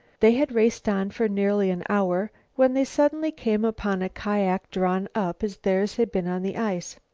they had raced on for nearly an hour when they suddenly came upon a kiak drawn up as theirs had been on the ice.